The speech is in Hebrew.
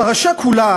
הפרשה כולה,